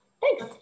Thanks